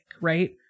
Right